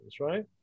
right